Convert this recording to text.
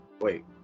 Wait